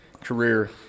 Career